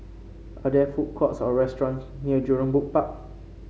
are there food courts or restaurants near Jurong Bird Park